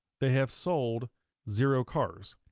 they have sold zero cars.